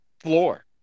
floor